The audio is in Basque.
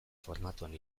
formatuan